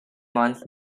month